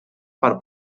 per